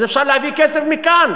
אז אפשר להביא כסף מכאן.